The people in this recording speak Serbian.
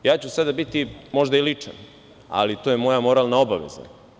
Ja ću sada biti, možda i ličan, ali to je moja moralna obaveza.